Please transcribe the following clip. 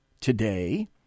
today